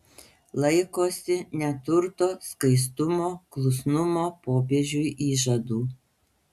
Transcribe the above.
laikosi neturto skaistumo klusnumo popiežiui įžadų